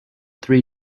three